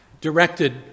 directed